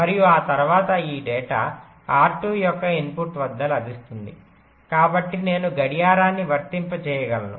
మరియు ఆ తరువాత ఈ డేటా R2 యొక్క ఇన్పుట్ వద్ద లభిస్తుంది కాబట్టి నేను గడియారాన్ని వర్తింప చేయగలను